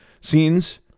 scenes